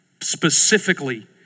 specifically